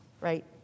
right